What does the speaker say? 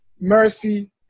mercy